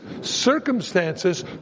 circumstances